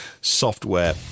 software